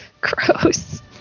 Gross